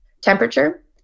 temperature